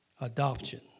adoption